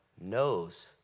knows